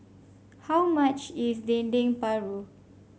how much is Dendeng Paru